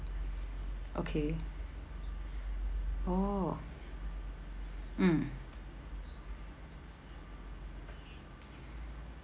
okay oh mm